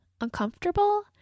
uncomfortable